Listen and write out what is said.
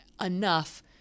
enough